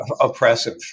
oppressive